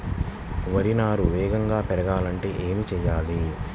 వరి నారు వేగంగా పెరగాలంటే ఏమి చెయ్యాలి?